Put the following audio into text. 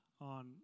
on